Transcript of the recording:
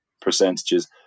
percentages